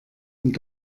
und